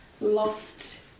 lost